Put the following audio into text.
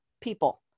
people